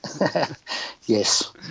yes